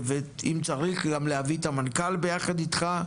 ואם צריך, גם להביא את המנכ"ל ביחד איתך,